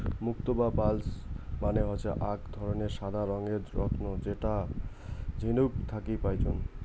মুক্তো বা পার্লস মানে হসে আক ধরণের সাদা রঙের রত্ন যেটা ঝিনুক থাকি পাইচুঙ